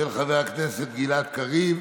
של חבר הכנסת גלעד קריב.